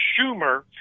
Schumer